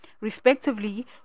respectively